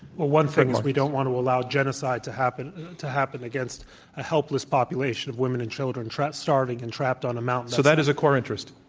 one thing is we don't want to allow genocide to happen to happen against a helpless population of women and children starving and trapped on a mountain. so, that is a core interest.